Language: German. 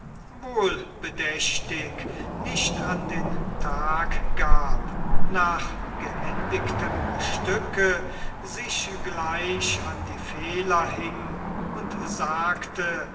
wohlbedächtig nicht an den tag gab nach geendigtem stücke sich gleich an die fehler hing und sagte